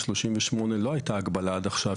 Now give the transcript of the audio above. אני ישי איצקוביץ',